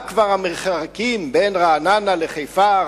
מה כבר המרחק בין רעננה לחיפה,